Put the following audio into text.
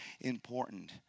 important